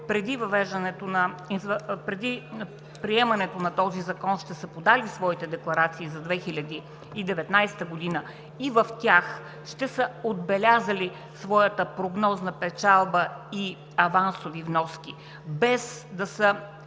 преди приемането на този закон, ще са подали своите декларации за 2019 г. и в тях ще са отбелязали своята прогнозна печалба и авансови вноски, без да са